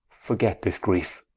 forget this griefe